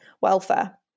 welfare